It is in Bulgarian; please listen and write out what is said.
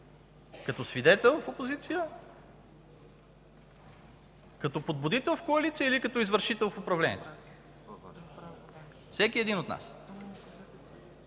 като свидетел, в опозиция; като подбудител, в коалиция; или като извършител, в управлението – всеки един от нас.